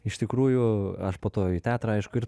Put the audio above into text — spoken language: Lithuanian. iš tikrųjų aš po to į teatrą aišku ir